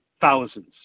thousands